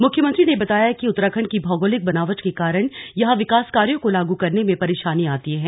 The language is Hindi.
मुख्यमंत्री ने बताया कि उत्तराखण्ड की भौगोलिक बनावट के कारण यहां विकास कार्यों को लागू करने में परेशानियां आती हैं